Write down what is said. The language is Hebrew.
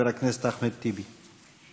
חבר הכנסת אחמד טיבי.